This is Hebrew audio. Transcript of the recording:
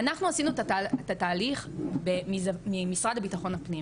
אנחנו עשינו את התהליך ממשרד ביטחון הפנים,